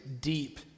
deep